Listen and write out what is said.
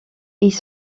ils